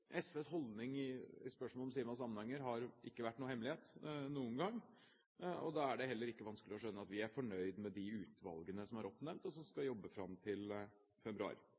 om Sima–Samnanger har ikke vært noen hemmelighet noen gang, og da er det heller ikke vanskelig å skjønne at vi er fornøyd med de utvalgene som er oppnevnt, og som skal jobbe fram til februar.